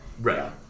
Right